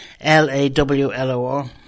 L-A-W-L-O-R